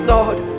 Lord